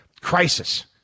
crisis